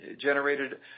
generated